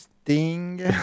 Sting